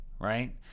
right